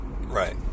Right